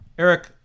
Eric